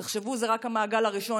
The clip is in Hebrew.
תחשבו, זה רק המעגל הראשון.